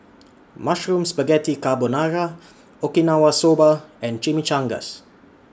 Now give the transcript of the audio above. Mushroom Spaghetti Carbonara Okinawa Soba and Chimichangas